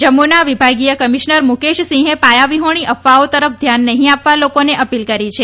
જમ્મુના વિભાગીય કમિશનર મુકેશ સિંહે પાયાવિહોણી અફવાઓ તરફ ધ્યાન નફીં આપવા લોકોને અપીલ કરી છે